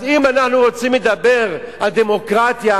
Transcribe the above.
אז אם אנחנו רוצים לדבר על דמוקרטיה,